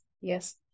yes